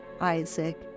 Isaac